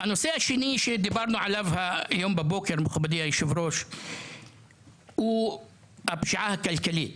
הנושא השני שדיברנו עליו היום בבוקר הוא הפשיעה הכלכלית.